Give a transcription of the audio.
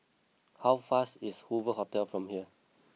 how fast is Hoover Hotel from here